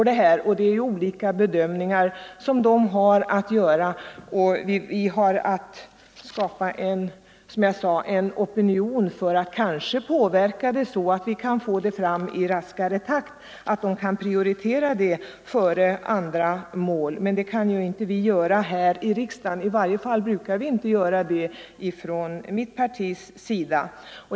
De har att göra olika bedömningar, och vi har, som jag sade, att försöka påverka opinionen så att en reform kommer raskare fram och kanske kan prioriteras före andra mål. Men vi kan alltså inte först besluta här i riksdagen; i varje fall brukar vi inte göra det från mitt partis sida.